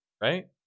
right